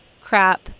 crap